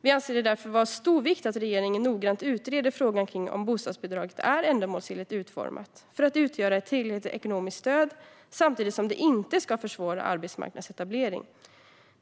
Vi anser det därför vara av stor vikt att regeringen noggrant utreder frågan kring att bostadsbidraget är ändamålsenligt utformat för att utgöra ett tillräckligt ekonomiskt stöd, samtidigt som det inte ska försvåra arbetsmarknadsetablering